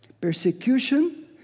Persecution